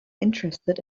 interested